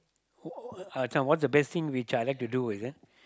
uh this one what's the best thing which I like to do is it